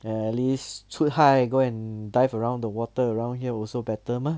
at least 出海 go and dive around the water around here also better mah